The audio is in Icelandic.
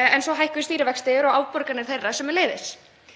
en svo hækkuðu stýrivextir og afborganir þeirra sömuleiðis.